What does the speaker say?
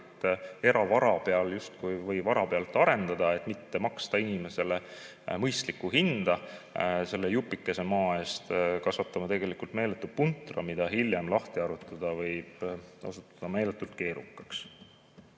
eravara pealt justkui arendada, et mitte maksta inimesele mõistlikku hinda selle jupikese maa eest, kasvatame tegelikult meeletu puntra, mida hiljem lahti harutada võib olla meeletult keerukas.